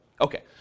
Okay